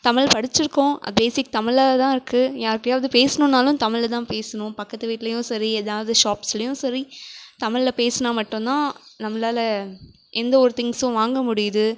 தமிழ் படிச்சுருக்கோம் பேசிக் தமிழில் தான் இருக்குது யார்கிட்டயாவது பேசணுன்னாலும் தமிழில் தான் பேசுணும் பக்கத்து வீட்லேயும் சரி ஏதாவது ஷாப்ஸ்லேயும் சரி தமிழில் பேசினா மட்டும்தான் நம்மளால் எந்த ஒரு திங்ஸும் வாங்க முடியுது